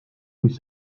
mis